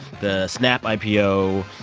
the snap ipo,